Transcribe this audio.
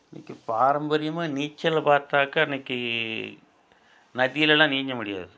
இன்னைக்கு பாரம்பரியமாக நீச்சல் பார்த்தாக்கால் இன்னைக்கு நதியிலெல்லாம் நீஞ்ச முடியாது